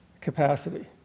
capacity